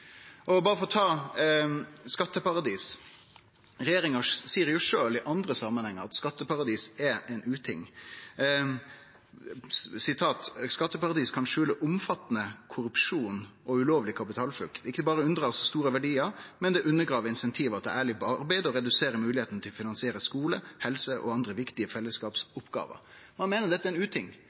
for å ta skatteparadis: Regjeringa seier sjølv, i andre samanhengar, at skatteparadis er ein uting og kan skjule «omfattende korrupsjon og ulovlig kapitalflukt. Ikke bare unndras store verdier, men det undergraver incentivene til ærlig arbeid og reduserer muligheten til å finansiere skole, helse og andre viktige fellesskapsoppgaver». Ein meiner at dette er ein uting,